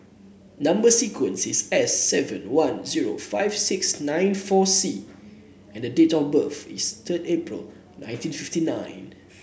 number sequence is S seven one zero five six nine four C and date of birth is third April nineteen fifty nine